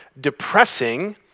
depressing